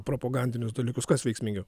propagandinius dalykus kas veiksmingiau